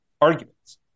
arguments